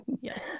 yes